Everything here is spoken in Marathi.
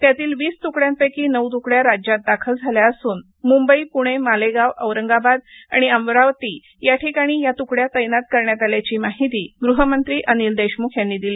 त्यातील वीस तुकड्यापैकी नऊ तुकड्या राज्यात दाखल झाल्या असून मुंबई पुणे मालेगाव औरंगाबाद आणि अमरावती या ठिकाणी या तुकड्या तैनात करण्यात आल्याची माहिती गृहमंत्री अनिल देशमुख यांनी काल दिली